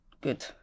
good